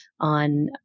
on